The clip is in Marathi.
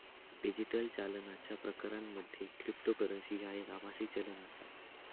डिजिटल चालनाच्या प्रकारांमध्ये क्रिप्टोकरन्सी ह्या एक आभासी चलन आसा